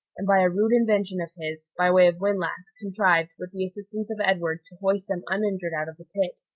and by a rude invention of his, by way of windlass, contrived, with the assistance of edward, to hoist them uninjured out of the pit.